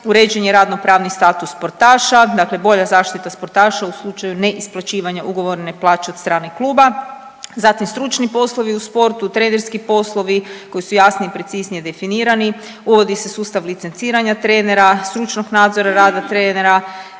uređen je radno pravni status sportaša, dakle bolja zaštita sportaša u slučaju neisplaćivanja ugovorne plaće od strane kluba. Zatim stručni poslovi u sportu, trenerski poslovi koji su jasnije i preciznije definirani. Uvodi se sustav licenciranja trenera, stručnog nadzora rada trenera,